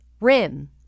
Rim